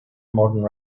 modern